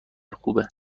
خوبه